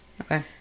okay